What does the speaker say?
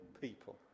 people